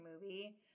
movie